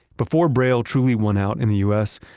before braille truly won out in the u s,